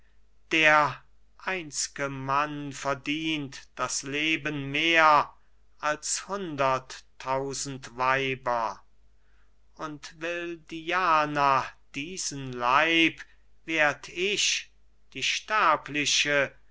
der einz'ge mann verdient das leben mehr als hunderttausend weiber und will diana diesen leib werd ich die sterbliche